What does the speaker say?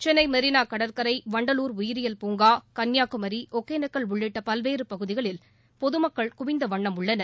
சென்னை மெரினா கடற்கரை வண்டலூர் உயிரியல் பூங்கா கன்னியாகுமரி ஒகேனக்கல் உள்ளிட்ட பல்வேறு பகுதிகளில் பொதுமக்கள் குவிந்த வண்ணம் உள்ளனர்